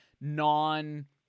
non